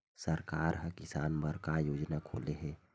सरकार ह किसान बर का योजना खोले हे?